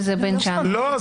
לא.